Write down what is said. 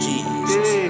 Jesus